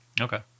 Okay